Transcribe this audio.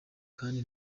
kandi